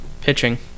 pitching